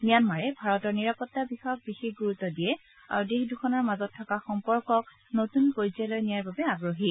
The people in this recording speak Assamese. ম্যানমাৰে ভাৰতৰ নিৰাপত্তা বিষয়ক বিশেষ গুৰুত্ব দিয়ে আৰু দেশ দুখনৰ মাজত থকা সম্পৰ্কক নতুন পৰ্যয়লৈ নিয়াৰ বাবে আগ্ৰহী